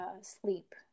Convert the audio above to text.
sleep